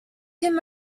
him